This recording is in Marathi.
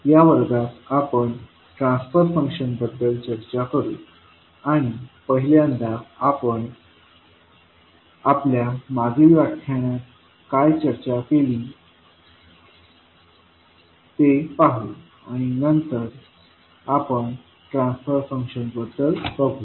या वर्गात आपण ट्रान्सफर फंक्शन बद्दल चर्चा करू आणि पहिल्यांदा आपण आपल्या मागील व्याख्यानात काय चर्चा केली ते पाहू आणि नंतर आपण ट्रान्सफर फंक्शन बद्दल बघू